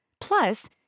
Plus